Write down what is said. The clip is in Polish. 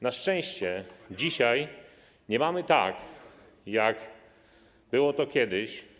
Na szczęście dzisiaj nie mamy tak, jak było to kiedyś.